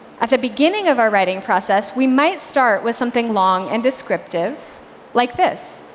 at the beginning of our writing process, we might start with something long and descriptive like this.